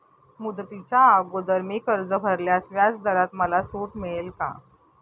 मुदतीच्या अगोदर मी कर्ज भरल्यास व्याजदरात मला सूट मिळेल का?